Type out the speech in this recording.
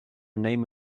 name